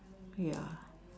ya